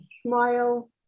Smile